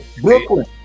Brooklyn